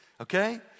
okay